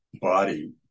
body